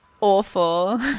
Awful